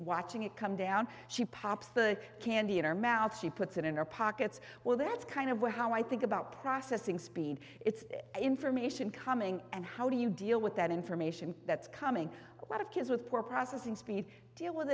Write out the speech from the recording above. watching it come down she pops the candy in her mouth she puts it in our pockets well that's kind of what how i think about processing speed it's information coming and how do you deal with that information that's coming out of kids with poor processing speed deal with